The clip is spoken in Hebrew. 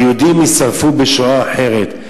היהודים יישרפו בשואה אחרת.